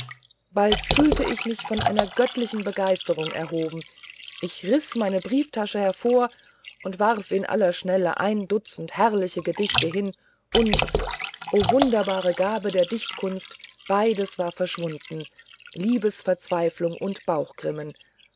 bald fühlte ich mich von einer göttlichen begeisterung erhoben ich riß meine brieftasche hervor warf in aller schnelle ein dutzend herrliche gedichte hin und o wunderbare gabe der dichtkunst beides war verschwunden liebesverzweiflung und